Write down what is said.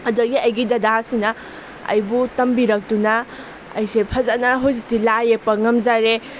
ꯑꯗꯒꯤ ꯑꯩꯒꯤ ꯗꯗꯥꯁꯤꯅ ꯑꯩꯕꯨ ꯇꯝꯕꯤꯔꯛꯇꯨꯅ ꯑꯩꯁꯦ ꯐꯖꯅ ꯍꯧꯖꯤꯛꯇꯤ ꯂꯥꯏꯌꯦꯛꯄ ꯉꯝꯖꯔꯦ